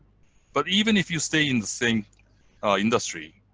but even if you stay in the same industry,